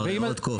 מר רוטקופף,